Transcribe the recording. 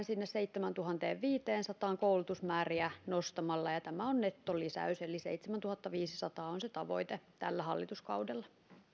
sinne seitsemääntuhanteenviiteensataan koulutusmääriä nostamalla ja ja tämä on nettolisäys eli seitsemäntuhattaviisisataa on se tavoite tällä hallituskaudella